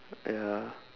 ya